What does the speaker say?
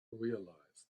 realized